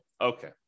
okay